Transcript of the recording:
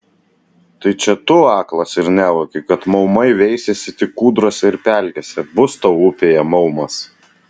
tai čia tu aklas ir nevoki kad maumai veisiasi tik kūdrose ir pelkėse bus tau upėje maumas